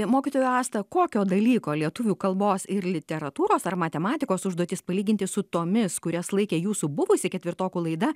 mokytoja asta kokio dalyko lietuvių kalbos ir literatūros ar matematikos užduotys palyginti su tomis kurias laikė jūsų buvusi ketvirtokų laida